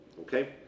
okay